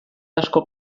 asko